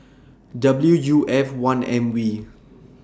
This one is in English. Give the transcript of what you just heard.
W U F one M V